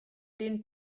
den